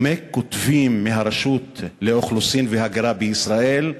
ומה כותבים ברשות האוכלוסין וההגירה בישראל?